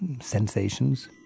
sensations